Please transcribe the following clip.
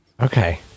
okay